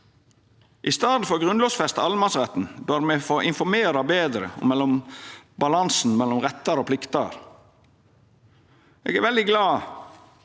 I staden for å grunnlovfesta allemannsretten bør me informera betre om balansen mellom rettar og plikter. Eg er veldig glad